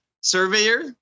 surveyor